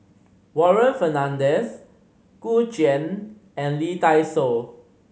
Warren Fernandez Gu Juan and Lee Dai Soh